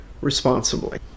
responsibly